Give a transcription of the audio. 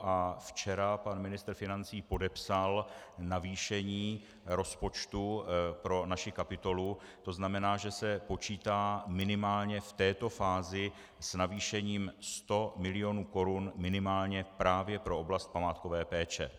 A včera pan ministr financí podepsal navýšení rozpočtu pro naši kapitolu, to znamená, že se počítá minimálně v této fázi s navýšením 100 milionů korun minimálně právě pro oblast památkové péče.